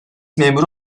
memuru